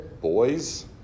boys